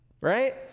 right